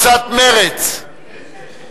סיעת רע"ם-תע"ל?